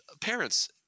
parents